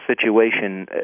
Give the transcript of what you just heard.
situation